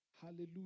Hallelujah